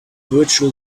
virtual